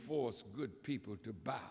force good people to b